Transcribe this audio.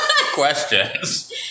questions